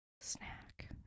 snack